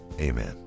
amen